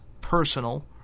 personal